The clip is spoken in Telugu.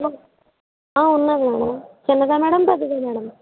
ఉన్నాయి మేడమ్ చిన్నదా మేడమ్ పెద్దదా మేడమ్